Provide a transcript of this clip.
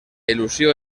il·lusió